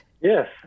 Yes